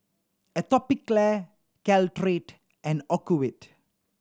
Atopiclair Caltrate and Ocuvite